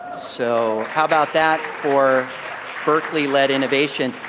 so how about that for berkeley led innovation?